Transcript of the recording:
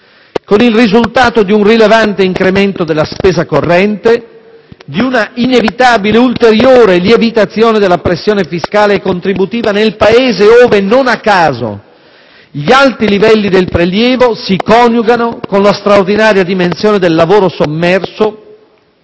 con il risultato di un rilevante incremento della spesa corrente, di una inevitabile ed ulteriore lievitazione della pressione fiscale e contributiva nel Paese, ove, non a caso, gli alti livelli del prelievo si coniugano con la straordinaria dimensione del lavoro sommerso